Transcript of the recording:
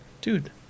dude